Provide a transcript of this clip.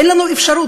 אין לנו אפשרות,